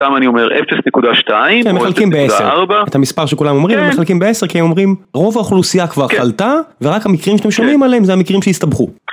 שם אני אומר 0.2 או 0.4 את המספר שכולם אומרים הם מחלקים ב-10 כי הם אומרים רוב האוכלוסייה כבר חלתה ורק המקרים שאתם שומעים עליהם זה המקרים שהסתבכו